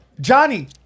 Johnny